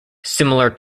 similar